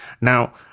Now